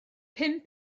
pum